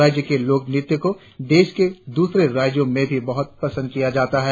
राज्य के लोकनृत्य को देश के दूसरे राज्यों में भी बहुत पसंद किया जाता है